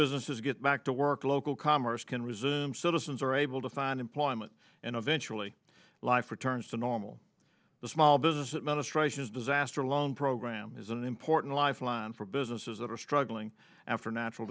businesses get back to work local commerce can resume citizens are able to find employment and eventually life returns to normal the small business administration is a disaster loan program is an important lifeline for businesses that are struggling after natural